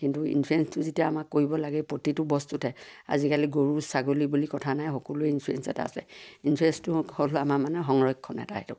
কিন্তু ইঞ্চুৰেঞ্চটো যেতিয়া আমাক কৰিব লাগে প্ৰতিটো বস্তুতে আজিকালি গৰু ছাগলী বুলি কথা নাই সকলোৰে ইঞ্চুৰেঞ্চ এটা আছে ইঞ্চুৰেঞ্চটো হ'ল আমাৰা মানে সংৰক্ষণ এটা সেইটো